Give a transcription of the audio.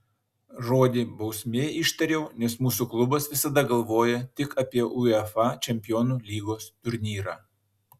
žodį bausmė ištariau nes mūsų klubas visada galvoja tik apie uefa čempionų lygos turnyrą